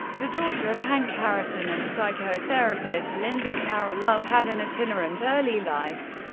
the daughter of hank harrison and psychotherapist linda carroll, love had an itinerant early life.